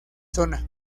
zona